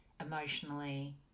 emotionally